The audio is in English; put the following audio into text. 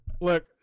Look